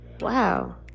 wow